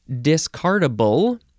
Discardable